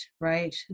right